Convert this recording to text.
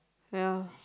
ya